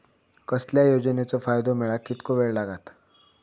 कसल्याय योजनेचो फायदो मेळाक कितको वेळ लागत?